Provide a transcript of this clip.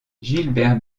gilbert